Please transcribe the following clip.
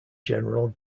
general